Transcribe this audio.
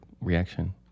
reaction